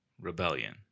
Rebellion